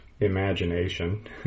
Imagination